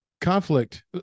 Conflict